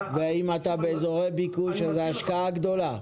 אם אתה באזורי ביקוש אז ההשקעה היא גדולה.